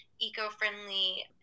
eco-friendly